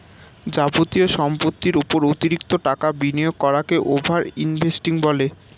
যাবতীয় সম্পত্তির উপর অতিরিক্ত টাকা বিনিয়োগ করাকে ওভার ইনভেস্টিং বলে